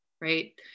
right